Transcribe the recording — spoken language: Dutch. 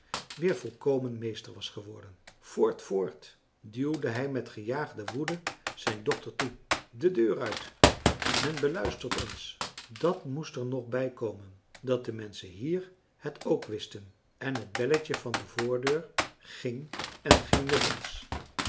weer volkomen meester was geworden voort voort duwde hij met gejaagde woede zijn dochter toe de deur uit men beluistert ons dat moest er nog bijkomen dat de menschen hier het ook wisten en het belletje van de voordeur ging en ging ng eens